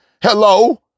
hello